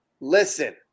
Listen